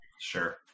Sure